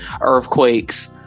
Earthquakes